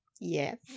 Yes